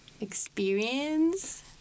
experience